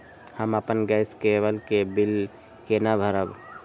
हम अपन गैस केवल के बिल केना भरब?